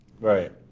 right